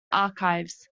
archives